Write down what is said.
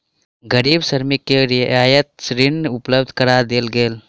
गरीब श्रमिक के रियायती ऋण उपलब्ध करा देल गेल